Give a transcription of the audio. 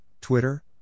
Twitter